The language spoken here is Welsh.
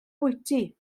bwyty